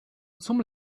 zum